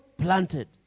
planted